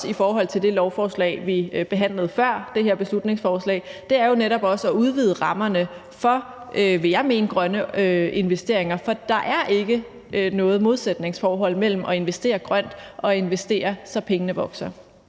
i forhold til det lovforslag, vi behandlede før det her beslutningsforslag, er det jo netop at udvide rammerne for grønne investeringer, vil jeg mene, for der er ikke noget modsætningsforhold mellem at investere grønt og at investere, så pengene vokser.